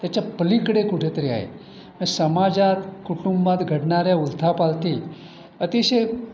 त्याच्या पलीकडे कुठेतरी आहे समाजात कुटुंबात घडणाऱ्या उलथापालथी अतिशय